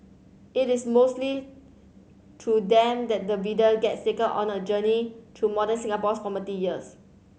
it is mostly through them that the reader gets taken on a journey through modern Singapore's formative years